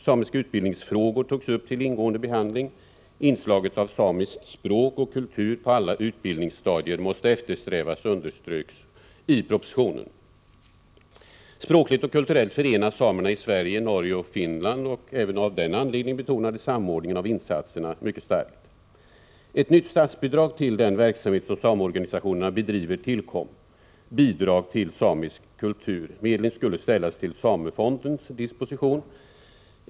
Samiska utbildningsfrågor togs upp till ingående behandling. Inslaget av samiskt språk och kultur på alla utbildningsstadier måste eftersträvas, underströks i propositionen. Språkligt och kulturellt förenas samerna i Sverige, Norge och Finland. Även av den anledningen betonades samordningen av insatserna starkt. Ett nytt statsbidrag till den verksamhet som sameorganisationerna bedriver tillkom: Bidrag till samisk kultur. Medlen skulle ställas till Samefondens disposition.